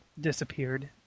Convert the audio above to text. disappeared